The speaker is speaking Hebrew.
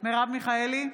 מרב מיכאלי,